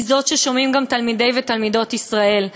היא זו ששומעים גם תלמידי ותלמידות ישראל.